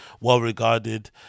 well-regarded